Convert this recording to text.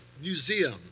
museum